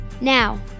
Now